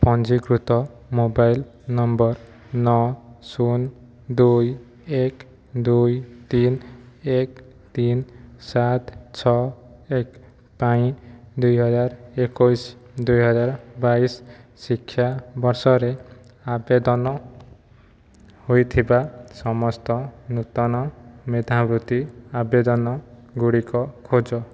ପଞ୍ଜୀକୃତ mobile number ନଅ ଶୂନ ଦୁଇ ଏକ ଦୁଇ ତିନ ଏକ ତିନ ସାତ ଛଅ ଏକ ପାଇଁ ଦୁଇହଜାରଏକୋଇଶି ଦୁଇହଜାରବାଇଶି ଶିକ୍ଷାବର୍ଷରେ ଆବେଦନ ହୋଇଥିବା ସମସ୍ତ ନୂତନ ମେଧାବୃତ୍ତି ଆବେଦନ ଗୁଡ଼ିକ ଖୋଜ